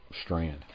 Strand